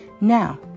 Now